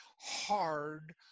hard